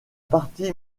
partie